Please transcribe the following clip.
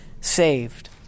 saved